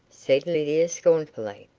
said lydia, scornfully.